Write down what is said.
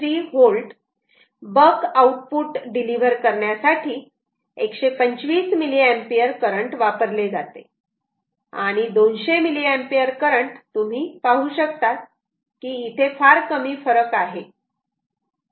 3 V buck output deliver करण्यासाठी 125 mA current वापरले जाते आणि 200 mA करंट तुम्ही पाहू शकतात की इथे फार कमी फरक आहे